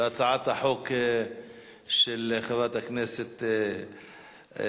בהצעתה של חברת הכנסת אבקסיס.